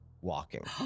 walking